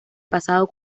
pasado